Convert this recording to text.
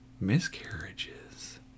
miscarriages